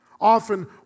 Often